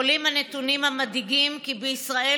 עולים הנתונים המדאיגים כי בישראל